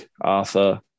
Arthur